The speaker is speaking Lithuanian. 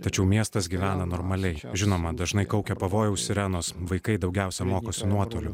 tačiau miestas gyvena normaliai žinoma dažnai kaukia pavojaus sirenos vaikai daugiausia mokosi nuotoliu